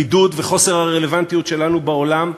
הבידוד וחוסר הרלוונטיות שלנו בעולם,